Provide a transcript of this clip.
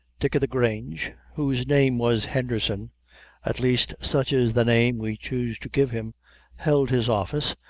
dick-o'-the-grange whose name was henderson at least such is the name we choose to give him held his office,